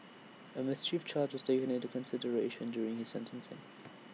A mischief charge was taken into consideration during his sentencing